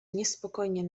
niespokojnie